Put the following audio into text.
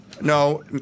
No